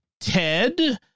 Ted